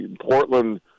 Portland